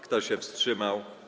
Kto się wstrzymał?